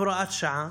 להגדיר בהוראת שעה